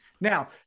Now